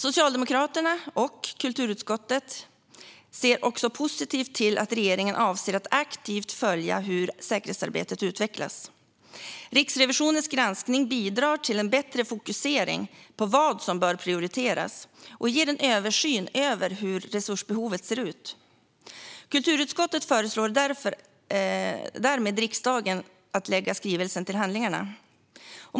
Socialdemokraterna och kulturutskottet ser också positivt på att regeringen avser att aktivt följa hur säkerhetsarbetet utvecklas. Riksrevisionens granskning bidrar till en bättre fokusering på vad som bör prioriteras och ger en översyn över hur resursbehoven ser ut. Kulturutskottet föreslår därmed riksdagen att lägga skrivelsen till handlingarna.